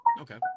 okay